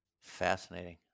Fascinating